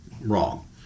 wrong